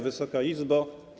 Wysoka Izbo!